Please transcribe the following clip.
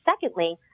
secondly